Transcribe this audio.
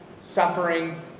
suffering